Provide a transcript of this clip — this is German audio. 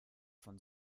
von